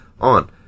on